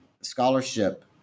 scholarship